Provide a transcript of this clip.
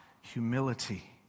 humility